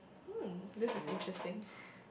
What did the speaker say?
hmm this is interesting